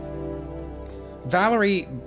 Valerie